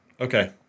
Okay